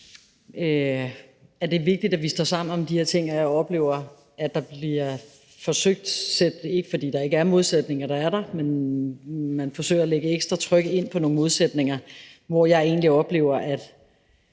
at det er vigtigt, at vi står sammen om de her ting. Jeg oplever, at man forsøger – ikke fordi der ikke er modsætninger; det er der – at lægge ekstra tryk ind på nogle modsætninger, hvor jeg egentlig oplever at